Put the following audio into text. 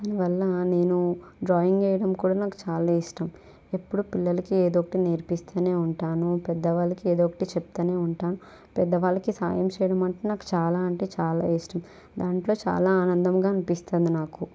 దానివల్ల నేను డ్రాయింగ్ వేయడం కూడా నాకు చాలా ఇష్టం ఎప్పుడూ పిల్లలకి ఏదో ఒకటి నేర్పిస్తూనే ఉంటాను పెద్దవాళ్ళకి ఏదో ఒకటి చెప్తూనే ఉంటాను పెద్దవాళ్ళకి సాయం చేయడం అంటే నాకు చాలా అంటే చాలా ఇష్టం దాంట్లో చాలా ఆనందంగా అనిపిస్తుంది నాకు